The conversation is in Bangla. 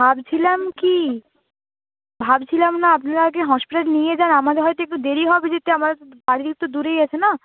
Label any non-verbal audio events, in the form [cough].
ভাবছিলাম কী ভাবছিলাম না আপনারা আগে হসপিটালে নিয়ে যান আমার হয়তো একটু দেরি হবে যেতে আমার [unintelligible] বাড়ি তো একটু দূরেই আছে না